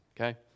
Okay